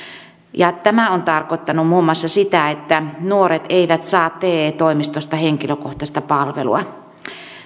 tämä on tarkoittanut muun muassa sitä että nuoret eivät saa te toimistosta henkilökohtaista palvelua